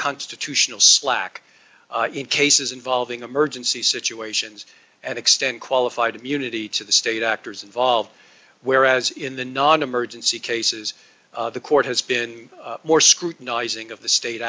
constitutional slack in cases involving emergency situations and extend qualified immunity to the state actors involved whereas in the non emergency cases the court has been more scrutinizing of the state